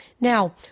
Now